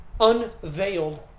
unveiled